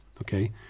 okay